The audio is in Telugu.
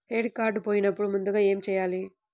క్రెడిట్ కార్డ్ పోయినపుడు ముందుగా ఏమి చేయాలి?